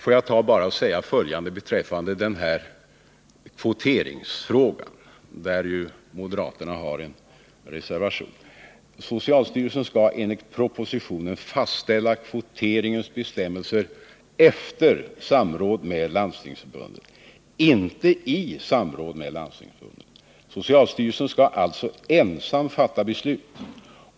Får jag säga följande beträffande kvoteringsfrågan, där ju moderaterna har en reservation: Socialstyrelsen skall enligt propositionen fastställa bestämmelser för kvotering efter samråd med Landstingsförbundet, inte i samråd med Landstingsförbundet. Socialstyrelsen skall alltså ensam fatta beslut.